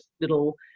little